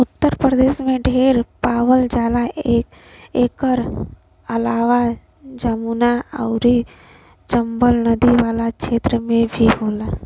उत्तर प्रदेश में ढेर पावल जाला एकर अलावा जमुना आउर चम्बल नदी वाला क्षेत्र में भी होला